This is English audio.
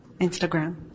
Instagram